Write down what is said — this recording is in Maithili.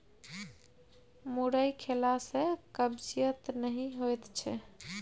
मुरइ खेला सँ कब्जियत नहि होएत छै